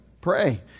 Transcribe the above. Pray